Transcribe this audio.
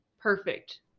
perfect